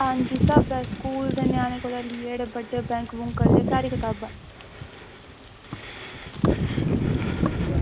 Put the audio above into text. आं सारियां स्कूल दे ञ्यानें कोला लेइयै बड्डे बैंक आह्लें तगर सारी कताबां हैन